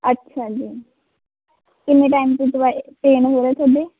ਅੱਛਾ ਜੀ ਕਿੰਨੇ ਟਾਈਮ ਦੀ ਦਵਾਈ ਪੇਨ ਹੋ ਰਿਹਾ ਤੁਹਾਡੇ